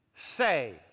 say